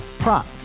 Prop